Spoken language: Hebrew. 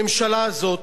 הממשלה הזאת,